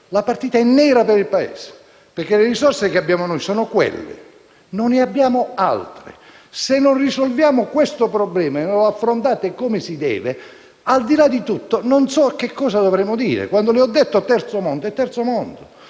la partita è nera per il Paese perché le risorse che abbiamo sono quelle; non ne abbiamo altre. Se non risolviamo questo problema e non lo affrontate come si deve, al di là di tutto, non so cosa dovremmo dire. Quando ho parlato di Terzo mondo